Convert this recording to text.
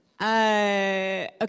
okay